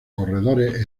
corredores